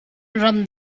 ram